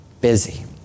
busy